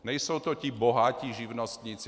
Nejsou to ti bohatí živnostníci.